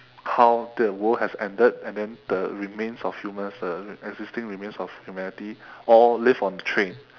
how the world has ended and then the remains of humans uh existing remains of humanity all live on the train